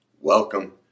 Welcome